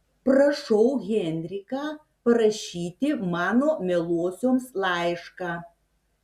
prašau henriką parašyti mano mielosioms laišką